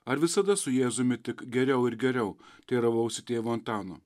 ar visada su jėzumi tik geriau ir geriau teiravausi tėvo antano